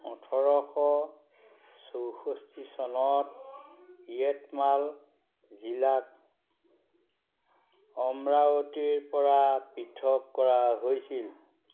ওঠৰশ চৌষষ্ঠি চনত য়েতমাল জিলাক অমৰাৱতীৰপৰা পৃথক কৰা হৈছিল